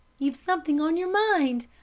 you've something on your mind!